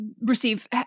receive